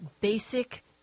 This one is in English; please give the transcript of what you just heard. basic